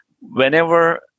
whenever